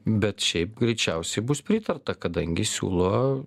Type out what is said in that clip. bet šiaip greičiausiai bus pritarta kadangi siūlo